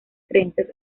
creencias